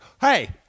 Hey